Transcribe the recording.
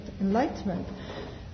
enlightenment